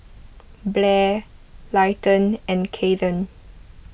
Blair Leighton and Kathern